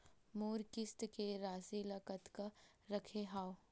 मोर किस्त के राशि ल कतका रखे हाव?